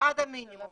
עד למינימום.